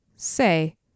Say